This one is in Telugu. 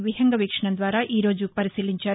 విహంగ వీక్షణం ద్వారా ఈ రోజు వరిశీలించారు